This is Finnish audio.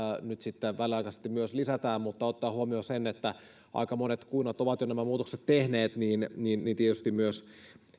nyt sitten väliaikaisesti myös lisätään mutta ottaen huomioon sen että aika monet kunnat ovat jo nämä muutokset tehneet niin niin tietysti myös